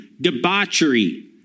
debauchery